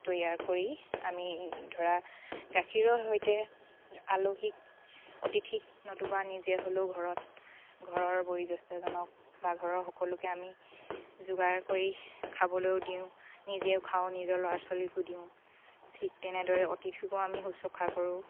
তৈয়াৰ কৰি আমি ধৰা গাখীৰৰ সৈতে আলহীক অতিথিক নতুবা নিজে হ'লেও ঘৰত ঘৰৰ বয়োজ্যেষ্ঠজনক বা ঘৰৰ সকলোকে আমি যোগাৰ কৰি খাবলৈও দিওঁ নিজেও খাওঁ নিজৰ ল'ৰা ছোৱালীকো দিওঁ ঠিক তেনেদৰে অতিথিকো আমি শুশ্ৰূষা কৰোঁ